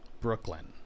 Brooklyn